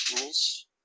rules